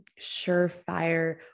surefire